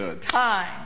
time